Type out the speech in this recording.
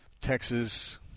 Texas